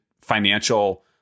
financial